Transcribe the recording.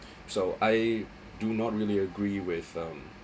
so I do not really agree with um